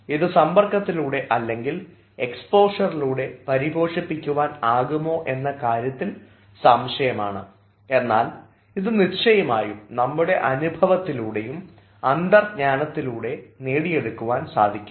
ഇത് സമ്പർക്കത്തിലൂടെ അല്ലെങ്കിൽ എക്സ്പോഷറിലൂടെ പരിഭോഷിക്കപെടുവാൻ ആകുമോ എന്ന കാര്യത്തിൽ സംശയമാണ് എന്നാൽ ഇത് നിശ്ചയമായും നമ്മുടെ അനുഭവത്തിലൂടെയും അന്തര്ജ്ഞാനത്തിലൂടെയും നേടിയെടുക്കുവാൻ സാധിക്കും